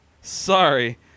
Sorry